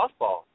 softball